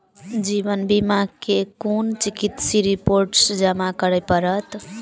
जीवन बीमा मे केँ कुन चिकित्सीय रिपोर्टस जमा करै पड़त?